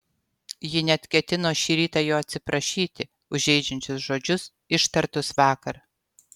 ji net ketino šį rytą jo atsiprašyti už žeidžiančius žodžius ištartus vakar